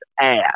ass